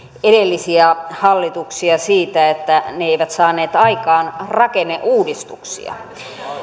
edellisiä hallituksia siitä että ne eivät saaneet aikaan rakenneuudistuksia